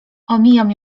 omijam